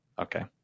Okay